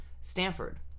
Stanford